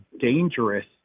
dangerous